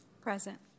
Present